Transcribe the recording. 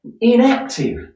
inactive